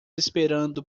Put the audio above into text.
esperando